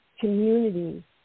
community